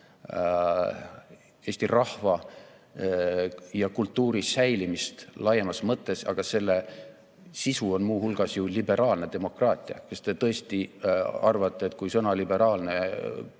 Eesti rahva ja kultuuri säilimist laiemas mõttes. Aga selle sisu on muu hulgas ju liberaalne demokraatia. Kas te tõesti arvate, et kui sõna "liberaalne"